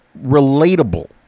relatable